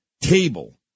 table